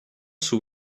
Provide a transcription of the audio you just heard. sous